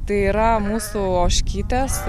tai yra mūsų ožkytės